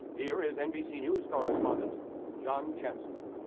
here is nbc news correspondent john chancellor